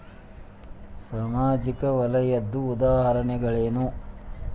ಸಾಮಾಜಿಕ ವಲಯದ್ದು ಉದಾಹರಣೆಗಳೇನು?